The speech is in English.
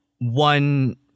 one